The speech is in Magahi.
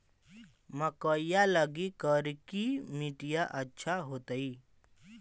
मकईया लगी करिकी मिट्टियां अच्छा होतई